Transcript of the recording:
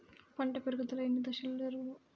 పంట పెరుగుదల ఎన్ని దశలలో జరుగును?